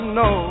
no